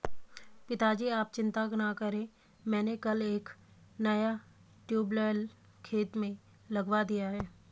पिताजी आप चिंता ना करें मैंने कल एक नया ट्यूबवेल खेत में लगवा दिया है